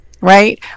right